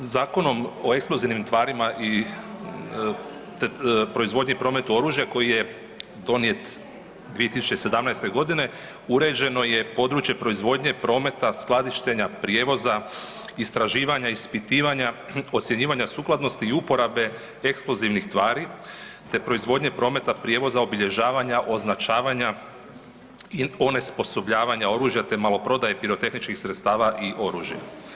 Zakonom o eksplozivnim tvarima i proizvodnji prometu oružja koji je donijet 2017. godine uređeno je područje proizvodnje, prometa, skladištenja, prijevoza, istraživanja, ispitivanja, ocjenjivanja sukladnosti i uporabe eksplozivnih tvari te proizvodnje, prometa, prijevoza, obilježavanja, označavanja i onesposobljavanja te maloprodaje pirotehničkih sredstava i oružja.